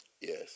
Yes